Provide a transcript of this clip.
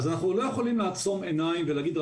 אז אנחנו לא יכולים לעצום עיניים ולהגיד,